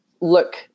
look